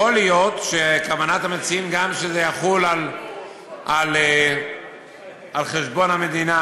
יכול להיות שכוונת המציעים שגם זה יחול על חשבון המדינה,